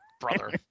Brother